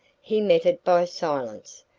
he met it by silence,